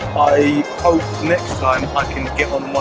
i hope next time i can get on one